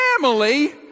family